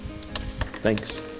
thanks